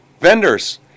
vendors